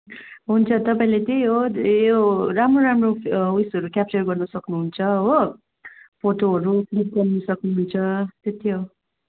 हुन्छ तपाईँलाई त्यही हो यो राम्रो राम्रो उयोसहरू क्याप्चर गर्नु सक्नुहुन्छ हो फोटोहरू क्लिक गर्नु सक्नुहुन्छ त्यति हो